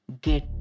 ...get